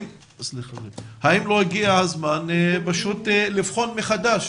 האם לא הגיע הזמן פשוט לבחון מחדש